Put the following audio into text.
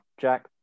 Jack